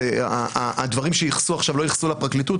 הדברים שייחסו עכשיו לא ייחסו לפרקליטות,